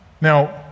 Now